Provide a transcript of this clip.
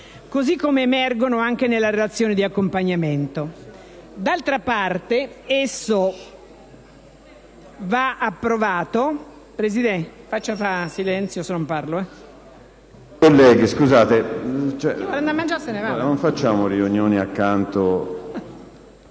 così come emergono anche nelle relazioni di accompagnamento. D'altra parte, esso va